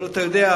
אבל אתה יודע,